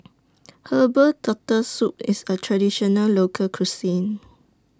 Herbal Turtle Soup IS A Traditional Local Cuisine